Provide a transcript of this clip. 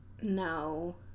No